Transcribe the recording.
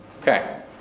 Okay